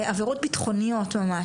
עבירות בטחוניות ממש.